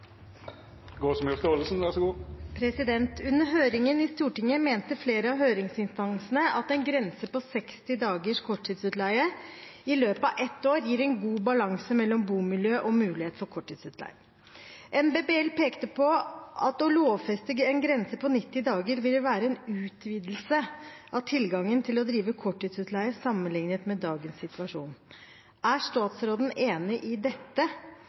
Under høringen i Stortinget mente flere av høringsinstansene at en grense på 60 dagers korttidsutleie i løpet av ett år gir en god balanse mellom bomiljø og mulighet for korttidsutleie. NBBL pekte på at å lovfeste en grense på 90 dager ville være en utvidelse av tilgangen til å drive korttidsutleie sammenlignet med dagens situasjon. Er statsråden enig i dette,